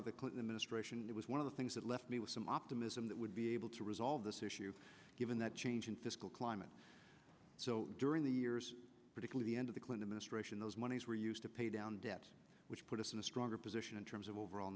of the clinton administration that was one of the things that left me with some optimism that would be able to resolve this issue given that change in fiscal climate so during the years particularly end of the clinton ministration those monies were used to pay down debt which put us in a stronger position in terms of overall